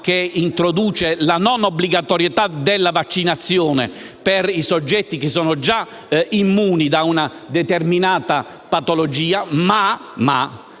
che introduce la non obbligatorietà della vaccinazione per i soggetti che sono già immuni da una determinata patologia, ma